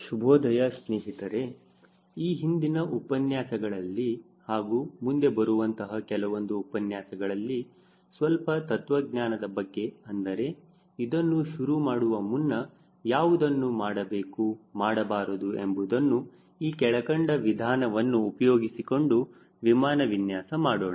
ಶುಭೋದಯ ಸ್ನೇಹಿತರೆ ಈ ಹಿಂದಿನ ಉಪನ್ಯಾಸಗಳಲ್ಲಿ ಹಾಗೂ ಮುಂದೆ ಬರುವಂತಹ ಕೆಲವೊಂದು ಉಪನ್ಯಾಸಗಳಲ್ಲಿ ಸ್ವಲ್ಪ ತತ್ವಜ್ಞಾನದ ಬಗ್ಗೆ ಅಂದರೆ ಇದನ್ನು ಶುರು ಮಾಡುವ ಮುನ್ನ ಯಾವುದನ್ನು ಮಾಡಬೇಕು ಮಾಡಬಾರದು ಎಂಬುದನ್ನು ಈ ಕೆಳಕಂಡ ವಿಧಾನವನ್ನು ಉಪಯೋಗಿಸಿಕೊಂಡು ವಿಮಾನ ವಿನ್ಯಾಸ ಮಾಡೋಣ